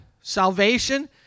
salvation